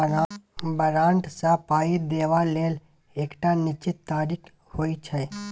बारंट सँ पाइ देबा लेल एकटा निश्चित तारीख होइ छै